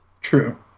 True